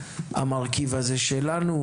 "המרכיב הזה שלנו",